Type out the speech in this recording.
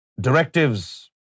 directives